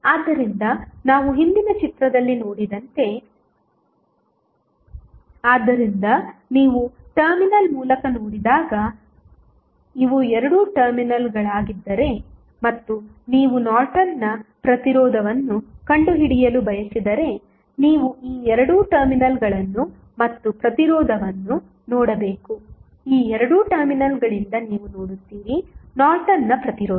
ಆದ್ದರಿಂದ ನಾವು ಹಿಂದಿನ ಚಿತ್ರದಲ್ಲಿ ನೋಡಿದಂತೆ ಆದ್ದರಿಂದ ನೀವು ಟರ್ಮಿನಲ್ ಮೂಲಕ ನೋಡಿದಾಗ ಇವು 2 ಟರ್ಮಿನಲ್ಗಳಾಗಿದ್ದರೆ ಮತ್ತು ನೀವು ನಾರ್ಟನ್ನ ಪ್ರತಿರೋಧವನ್ನು ಕಂಡುಹಿಡಿಯಲು ಬಯಸಿದರೆ ನೀವು ಈ 2 ಟರ್ಮಿನಲ್ಗಳನ್ನು ಮತ್ತು ಪ್ರತಿರೋಧವನ್ನು ನೋಡಬೇಕು ಈ 2 ಟರ್ಮಿನಲ್ಗಳಿಂದ ನೀವು ನೋಡುತ್ತೀರಿ ನಾರ್ಟನ್ನ ಪ್ರತಿರೋಧ